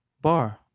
bar